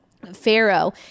pharaoh